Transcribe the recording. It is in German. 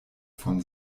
von